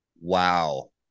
Wow